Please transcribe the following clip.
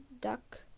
duck